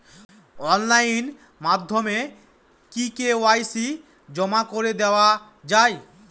Online মাধ্যমে কি KYC জমা করে দেওয়া য়ায়?